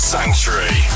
Sanctuary